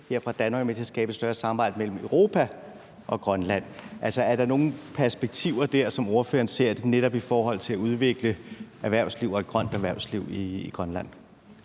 her fra Danmark være med til at skabe et større samarbejde mellem Europa og Grønland? Altså, er der nogen perspektiver der, som ordføreren ser, netop i forhold til at udvikle et grønt erhvervsliv i Grønland?